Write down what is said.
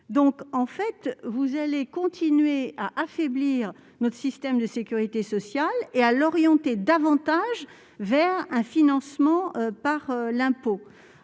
conséquent, vous allez continuer d'affaiblir notre système de sécurité sociale et l'orienter encore davantage vers un financement par l'impôt.